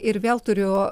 ir vėl turiu